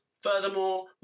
Furthermore